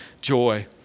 joy